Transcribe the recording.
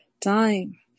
time